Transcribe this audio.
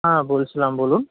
হ্যাঁ বলছিলাম বলুন